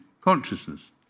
consciousness